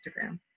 Instagram